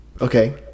Okay